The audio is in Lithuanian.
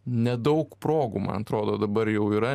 nedaug progų man atrodo dabar jau yra